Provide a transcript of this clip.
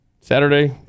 Saturday